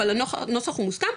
אבל הנוסח הוא מוסכם,